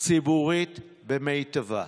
ציבורית במיטבה,